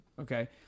okay